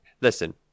listen